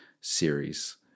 series